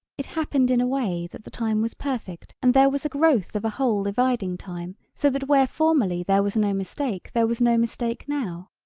it happened in a way that the time was perfect and there was a growth of a whole dividing time so that where formerly there was no mistake there was no mistake now.